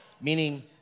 Meaning